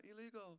Illegal